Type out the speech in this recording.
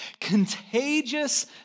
contagious